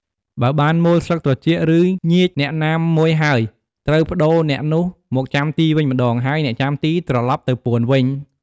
បើបានមួលស្លឹកត្រចៀក ឬ ញៀចអ្នកណាមួយហើយ ត្រូវប្តូរអ្នកនោះមកចាំទីវិញម្ដង ហើយអ្នកចាំទីត្រឡប់ទៅពួនវិញ។